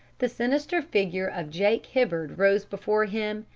the sinister figure of jake hibbard rose before him,